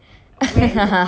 !huh!